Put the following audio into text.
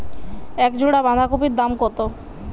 এক জোড়া বাঁধাকপির দাম কত?